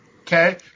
okay